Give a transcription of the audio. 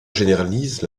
généralise